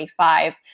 2025